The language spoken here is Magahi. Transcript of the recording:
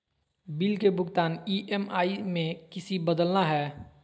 बिल के भुगतान ई.एम.आई में किसी बदलना है?